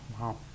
Wow